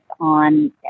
on